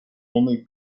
only